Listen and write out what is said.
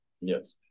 Yes